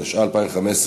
התשע"ה 2015,